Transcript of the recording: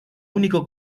único